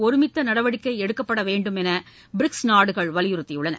ஒருமித்த நடவடிக்கை எடுக்கப்படவேண்டும் என்று பிரிக்ஸ் நாடுகள் வலியுறுத்தியுள்ளன